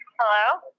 Hello